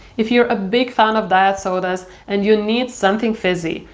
if you're a big fan of diet sodas, and you need something fizzy,